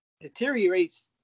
deteriorates